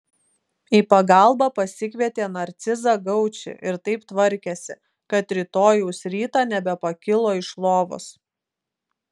į pagalbą pasikvietė narcizą gaučį ir taip tvarkėsi kad rytojaus rytą nebepakilo iš lovos